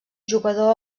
jugador